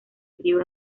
crio